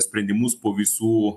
sprendimus po visų